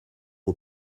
aux